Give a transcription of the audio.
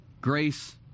Grace